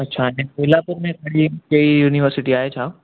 अच्छा ऐं बेलापुर में कहिड़ी यूनिवर्सिटी आहे छा